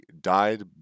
died